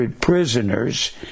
prisoners